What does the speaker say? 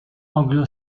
anglo